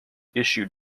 issued